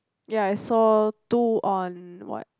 ya I saw two on what